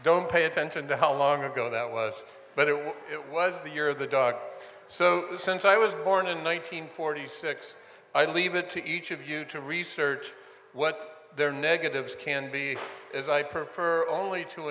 don't pay attention to how long ago that was but it was it was the year of the dog so since i was born in one nine hundred forty six i leave it to each of you to research what their negatives can be as i prefer only t